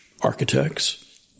architects